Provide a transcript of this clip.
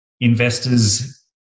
investors